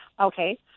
Okay